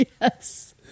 Yes